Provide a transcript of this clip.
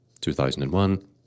2001